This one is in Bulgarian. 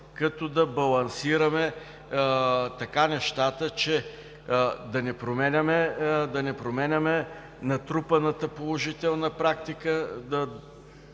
като да балансираме така нещата, че да не променяме натрупаната положителна практика